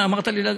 אמרת לי?